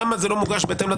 למה זה לא מוגש בתקנות.